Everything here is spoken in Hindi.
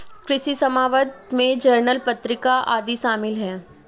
कृषि समवाद में जर्नल पत्रिका आदि शामिल हैं